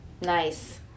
Nice